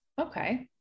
okay